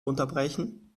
unterbrechen